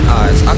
eyes